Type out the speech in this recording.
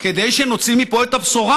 כדי שנוציא מפה את הבשורה.